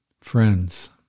Friends